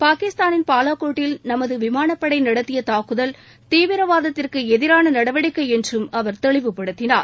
பாகிஸ்தாளின் பாலக்கோட்டில் நமது விமானப்படை நடத்திய தாக்குதல் தீவிரவாதத்திற்கு எதிரான நடவடிக்கை என்றும் அவர் தெளிவுப்படுத்தினார்